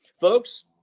Folks